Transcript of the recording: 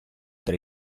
tra